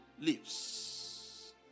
leaves